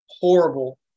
horrible